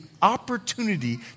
opportunity